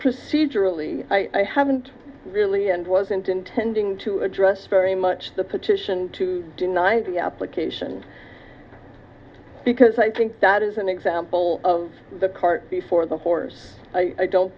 procedurally i haven't really and wasn't intending to address very much the petition to deny the application because i think that is an example of the cart before the horse i don't